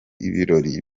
ibirori